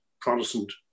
Protestant